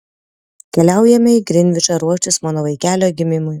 keliaujame į grinvičą ruoštis mano vaikelio gimimui